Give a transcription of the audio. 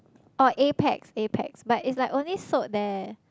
oh Apax Apax but it's like only sold there